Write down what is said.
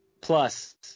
plus